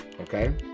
Okay